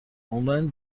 عمرا